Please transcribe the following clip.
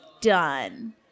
done